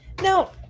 Now